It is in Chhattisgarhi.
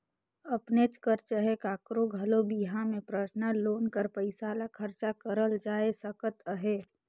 अपनेच कर चहे काकरो घलो बिहा में परसनल लोन कर पइसा ल खरचा करल जाए सकत अहे